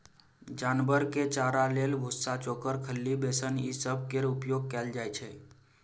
जानवर के चारा लेल भुस्सा, चोकर, खल्ली, बेसन ई सब केर उपयोग कएल जाइ छै